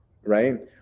right